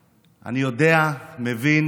אני יודע, מבין